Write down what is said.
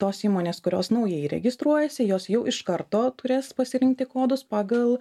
tos įmonės kurios naujai registruojasi jos jau iš karto turės pasirinkti kodus pagal